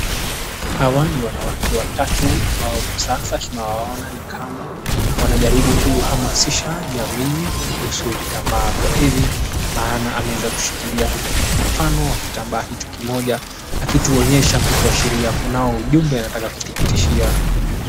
Hawani wanawake watatu ambao kwa sasa tunawaona ni kama wanajaribu kuhamasisha jamii kuhusu vitambaa vya hivi maana ameweza kushikilia mfano wa kitambaa hicho kimoja akituonyesha kutuashiria kuna ujumbe anataka kutupitishia.